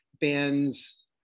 bands